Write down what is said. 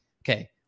Okay